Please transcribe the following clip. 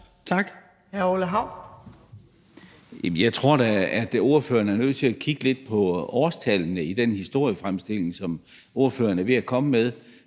Jamen jeg tror da, at ordføreren er nødt til at kigge lidt på årstallene i den historiefremstilling, som ordføreren er ved at komme med.